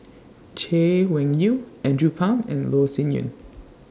Chay Weng Yew Andrew Phang and Loh Sin Yun